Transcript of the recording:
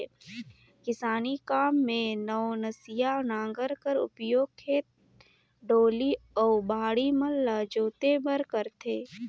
किसानी काम मे नवनसिया नांगर कर उपियोग खेत, डोली अउ बाड़ी मन ल जोते बर करथे